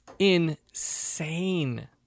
Insane